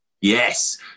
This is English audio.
Yes